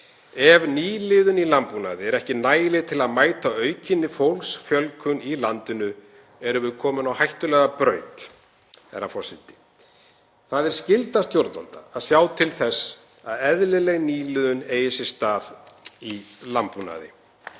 Ef nýliðun í landbúnaði er ekki nægileg til að mæta aukinni fólksfjölgun í landinu erum við komin á hættulega braut. Herra forseti. Það er skylda stjórnvalda að sjá til þess að eðlileg nýliðun eigi sér stað í landbúnaði